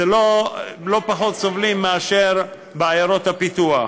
ולא פחות סובלים מאשר בעיירות הפיתוח.